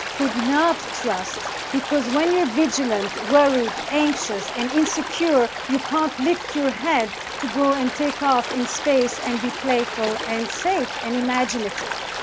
could not trust, because when you're vigilant, worried, anxious, and insecure, you can't lift your head to go and take off in space and be playful and safe and imaginative.